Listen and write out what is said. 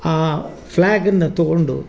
ಆ ಫ್ಲ್ಯಾಗನ್ನು ತಗೊಂಡು